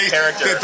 character